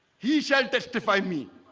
he shall testify me